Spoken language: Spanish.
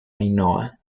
ainhoa